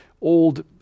old